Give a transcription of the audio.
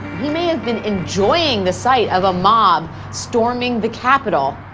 he may have been enjoying the sight of a mob storming the capitol.